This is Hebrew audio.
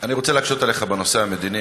אני רוצה להקשות עליך בנושא המדיני,